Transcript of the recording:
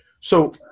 So-